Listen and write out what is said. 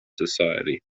society